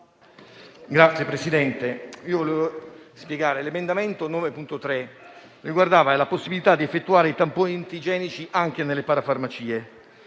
Signor Presidente, l'emendamento 9.3 riguardava la possibilità di effettuare i tamponi antigenici anche nelle parafarmacie.